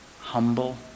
humble